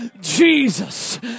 Jesus